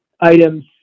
items